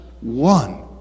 one